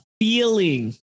feeling